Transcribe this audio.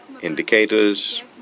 indicators